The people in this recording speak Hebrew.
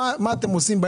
תכל'ס מה אתם עושים?